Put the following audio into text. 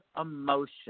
emotion